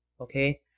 Okay